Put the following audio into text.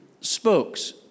spokes